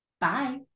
Bye